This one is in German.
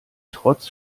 trotz